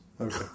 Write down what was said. Okay